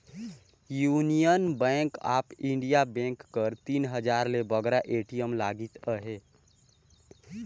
union bank of India bank कर तीन हजार ले बगरा ए.टी.एम लगिस अहे